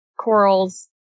Corals